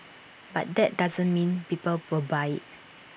but that doesn't mean people will buy IT